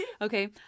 okay